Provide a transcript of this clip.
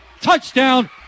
touchdown